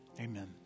Amen